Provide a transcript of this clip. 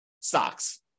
stocks